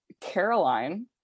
Caroline